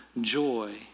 joy